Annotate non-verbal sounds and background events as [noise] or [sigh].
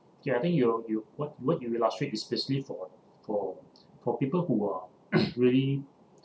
ya I think you you what what you illustrate is basically for for for people who are [noise] really